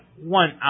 one